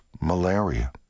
malaria